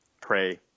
pray